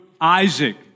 Isaac